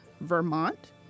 Vermont